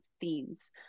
themes